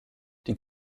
die